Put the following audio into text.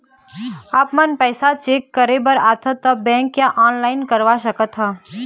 आपमन पैसा चेक करे बार आथे ता बैंक या ऑनलाइन करवा सकत?